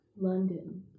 London